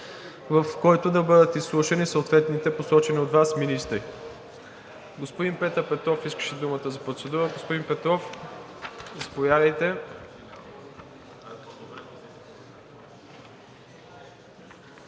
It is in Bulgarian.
в който да бъдат изслушани съответните посочени от Вас министри. Господин Петър Петров искаше думата за процедура. Господин Петров, заповядайте.